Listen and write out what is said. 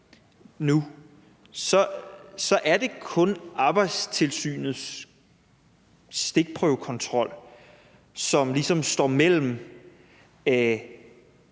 så er det kun Arbejdstilsynets stikprøvekontrol, som ligesom står mellem